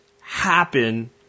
happen